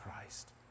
Christ